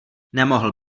nemohl